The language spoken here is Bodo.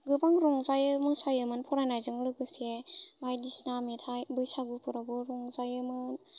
गोबां रंजायो मोसायोमोन फराइनायजों लोगोसे बाइदिसिना मेथाइ बैसागु फोरावबो रंजायोमोन